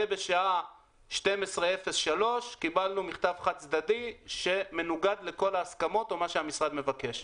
ובשעה 12:03 קיבלנו מכתב חד צדדי שמנוגד לכל ההסכמות או מה שהמשרד מבקש.